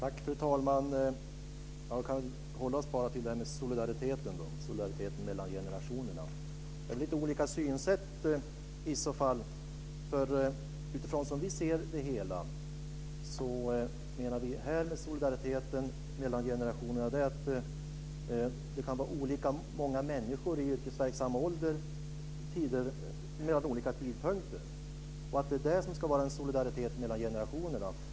Fru talman! Vi kan hålla oss bara till det här med solidariteten mellan generationerna. Det handlar väl om lite olika synsätt. Som vi ser det hela kan det vara olika många människor i yrkesverksam ålder vid olika tidpunkter. Det är där som det ska vara en solidaritet mellan generationerna.